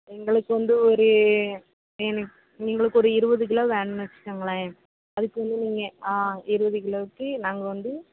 எங்களுக்கு வந்து ஒரு எனக்கு எங்களுக்கு ஒரு இருபது கிலோ வேணும்னு வச்சுக்கோங்களேன் அதுக்கு வந்து நீங்கள் ஆ இருபது கிலோவுக்கு நாங்கள் வந்து